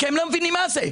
כי הם לא מבינים מה זה.